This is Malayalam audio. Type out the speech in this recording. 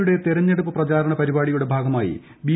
യുടെ തെരഞ്ഞെടുപ്പ് പ്രചാരണ പരിപാടിയുടെ ഭാഗമായി ബി